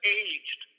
aged